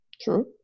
True